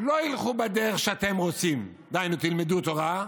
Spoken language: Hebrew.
לא ילכו בדרך שאתם רוצים, דהיינו, ילמדו תורה,